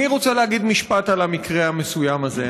אני רוצה להגיד משפט על המקרה המסוים הזה.